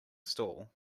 stall